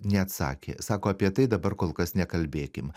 neatsakė sako apie tai dabar kol kas nekalbėkim